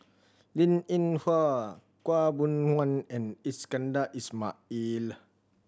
Linn In Hua Khaw Boon Wan and Iskandar Ismail